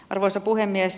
arvoisa puhemies